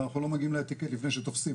אבל אנחנו לא מגיעים לאטיקט לפני שתופסים,